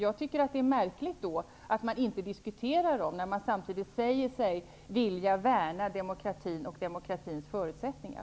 Jag tycker att det är märkligt att inte diskutera bristerna, när man samtidigt säger sig vilja värna demokratin och demokratins förutsättningar.